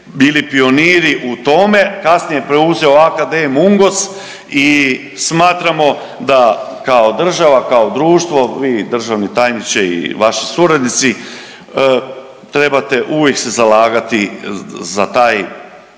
bili pioniri u tome. Kasnije preuzeo AKD Mungos i smatramo da kao država, kao društvo, vi državni tajniče i vaši suradnici trebate uvijek se zalagati za taj,